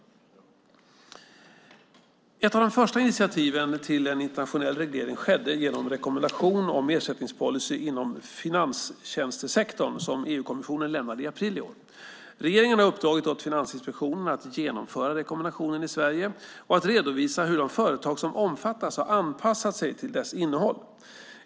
Ett av de första initiativen till en internationell reglering skedde genom den rekommendation om ersättningspolicy inom finanstjänstesektorn som EU-kommissionen lämnade i april i år. Regeringen har uppdragit åt Finansinspektionen att genomföra rekommendationen i Sverige och att redovisa hur de företag som omfattas har anpassat sig till dess innehåll.